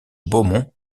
beaumont